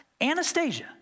Anastasia